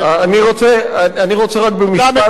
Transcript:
אני רוצה רק במשפט בקצרה,